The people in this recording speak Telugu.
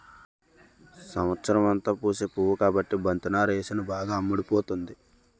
సంవత్సరమంతా పూసే పువ్వు కాబట్టి బంతి నారేసాను బాగా అమ్ముడుపోతుంది